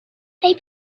they